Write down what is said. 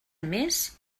més